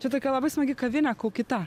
čia tokia labai smagi kavinė kaukita